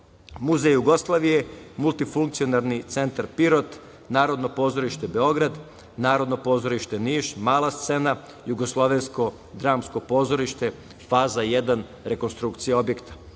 Muzej Jugoslavije, Multifunkcionalni centar Pirot, Narodno pozorište Beograd, Narodno pozorište Niš, mala scena, JDP, faza 1, rekonstrukcija objekta.